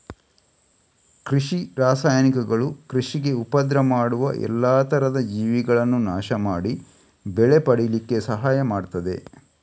ಕೃಷಿ ರಾಸಾಯನಿಕಗಳು ಕೃಷಿಗೆ ಉಪದ್ರ ಮಾಡುವ ಎಲ್ಲಾ ತರದ ಜೀವಿಗಳನ್ನ ನಾಶ ಮಾಡಿ ಬೆಳೆ ಪಡೀಲಿಕ್ಕೆ ಸಹಾಯ ಮಾಡ್ತದೆ